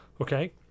Okay